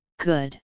Good